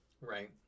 right